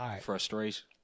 Frustration